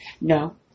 No